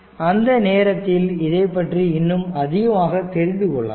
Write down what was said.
அந்த நேரத்தில் இதைப்பற்றி இன்னும் அதிகமாக தெரிந்து கொள்ளலாம்